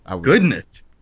goodness